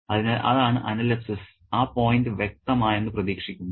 അതിനാൽ അതാണ് അനലെപ്സിസ് ആ പോയിന്റ് വ്യക്തമായെന്ന് പ്രതീക്ഷിക്കുന്നു